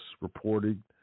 reported